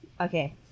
okay